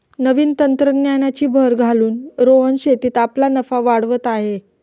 नवीन तंत्रज्ञानाची भर घालून रोहन शेतीत आपला नफा वाढवत आहे